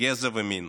גזע ומין,